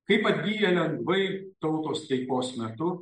kaip atgyja lengvai tautos taikos metu